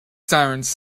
sirens